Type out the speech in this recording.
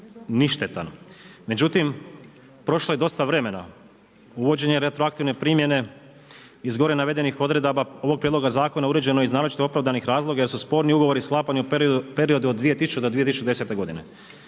ništetan. Međutim, prošlo je dosta vremena, uvođenje retroaktivne primjene iz gore navedenih odredaba ovog prijedloga zakona uređeno je iz naročito opravdanih razloga jer su sporni ugovori sklapani u periodu od 2000. do 2010. godine.